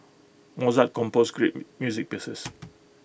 Mozart composed great music pieces